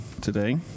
today